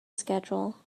schedule